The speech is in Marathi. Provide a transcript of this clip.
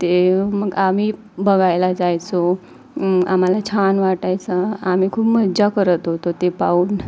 ते मग आम्ही बघायला जायचो आम्हाला छान वाटायचं आम्ही खूप मजा करत होतो ते पाहून